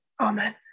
Amen